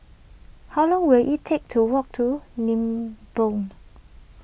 how long will it take to walk to Nibong